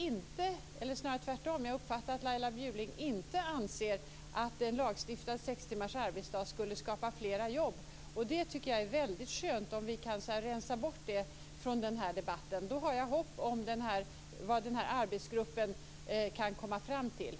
Jag uppfattade att Laila Bjurling inte anser att lagstiftad sex timmars arbetsdag skulle skapa fler jobb. Det är väldigt skönt om vi kan rensa bort den saken från debatten. Då har jag förhoppningar om det som arbetsgruppen kan komma fram till.